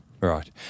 right